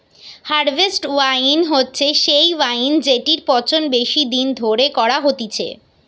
harvest wine হচ্ছে সেই wine জেটির পচন বেশি দিন ধরে করা হতিছে